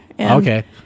Okay